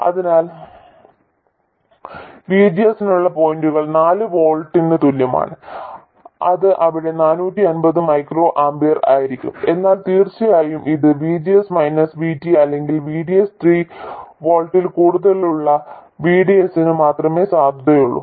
അതിനാൽ VGS നുള്ള പോയിന്റുകൾ നാല് വോൾട്ടിന് തുല്യമാണ് അത് അവിടെ 450 മൈക്രോ ആമ്പിയർ ആയിരിക്കും എന്നാൽ തീർച്ചയായും ഇത് VGS മൈനസ് VT അല്ലെങ്കിൽ VDS 3 വോൾട്ടിൽ കൂടുതലുള്ള VDS ന് മാത്രമേ സാധുതയുള്ളൂ